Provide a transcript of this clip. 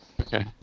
Okay